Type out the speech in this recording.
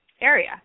area